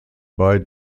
bei